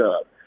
up